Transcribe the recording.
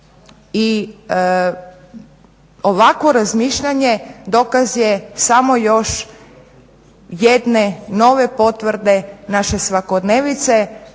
i ovakvo razmišljanje dokaz je samo još jedne nove potvrde naše svakodnevice